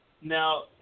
Now